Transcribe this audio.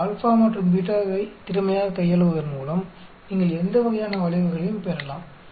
உங்கள் α மற்றும் β வை திறமையாக கையாளுவதன் மூலம் நீங்கள் எந்த வகையான வளைவையும் பெறலாம்